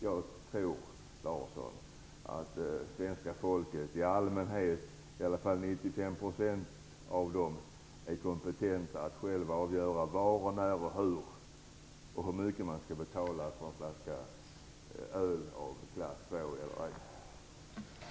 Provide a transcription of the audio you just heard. Jag tror, Roland Larsson, att svenska folket - i varje fall till 95 %- är kompetent att avgöra var, när och hur man skall köpa och hur mycket man skall betala för en flaska öl av klass II.